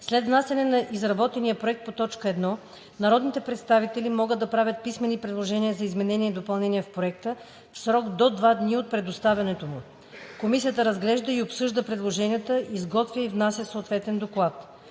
След внасянето на изработения проект по т. 1 народните представители могат да правят писмени предложения за изменения и допълнения в проекта, в срок до 2 дни от предоставянето му. Комисията разглежда и обсъжда предложенията, изготвя и внася съответен доклад.